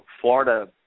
Florida